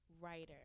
writer